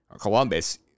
Columbus